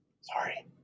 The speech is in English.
sorry